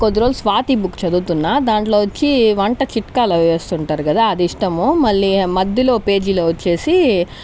కొద్దిరోజులు Swathi book చదువుతున్న దాంట్లో వచ్చి వంట చిట్కాలు అవి వేస్తుంటారు కదా అది ఇష్టము మళ్ళీ మధ్యలో పేజీలో వచ్చేసి